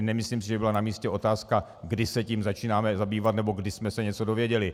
Nemyslím si, že tady by byla namístě otázka, kdy se tím začínáme zabývat nebo kdy jsme se něco dozvěděli.